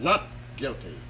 not guilty